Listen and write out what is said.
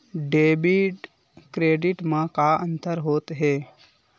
Debit credit मा का अंतर होत हे?